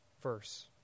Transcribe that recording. verse